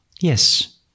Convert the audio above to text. Yes